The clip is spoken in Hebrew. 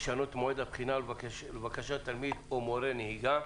לשנות את מועד הבחינה לבקשת תלמיד או מורה נהיגה.